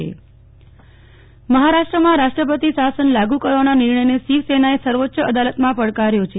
નેહલ ઠક્કર મહારાષ્ટ્ર શિવસેના મહારાષ્ટ્રમાં રાષ્ટ્રપતિ શાસન લાગુ કરવાના નિર્ણયને શિવસેનાએ સર્વોચ્ચ અદાલતમાં પડકાર્યો છે